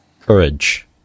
courage